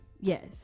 Yes